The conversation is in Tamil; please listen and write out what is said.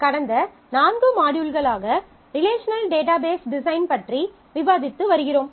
கடந்த 4 மாட்யூல்களாக ரிலேஷனல் டேட்டாபேஸ் டிசைன் பற்றி விவாதித்து வருகிறோம்